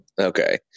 Okay